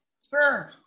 sir